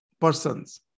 persons